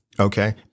Okay